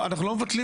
מה לא מורגש?